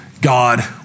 God